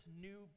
new